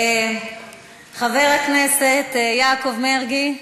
חבר הכנסת יעקב מרגי,